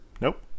nope